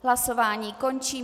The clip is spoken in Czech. Hlasování končím.